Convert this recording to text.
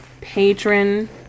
patron